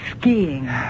skiing